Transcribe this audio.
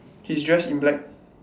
he's dressed in black